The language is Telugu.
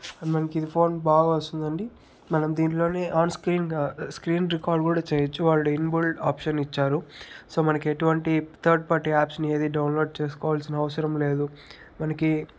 అండ్ మనకిది ఫోన్ బాగొస్తుందండి మనం దీనిలోనే ఆన్ స్క్రీన్గా స్క్రీన్ రికార్డు కూడా చేయచ్చు వాళ్ళు ఇన్బుల్డ్ ఆప్షన్ ఇచ్చారు సో మనకి ఎటువంటి థర్డ్ పార్టీ యాప్స్ ఏదీ డౌన్లోడ్ చేసుకోవాల్సిన అవసరం లేదు మనకి